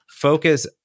focus